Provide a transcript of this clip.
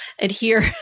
adhere